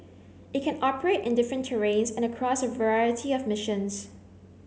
it can operate in different terrains and across a variety of missions